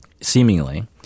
seemingly